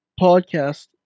podcast